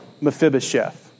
Mephibosheth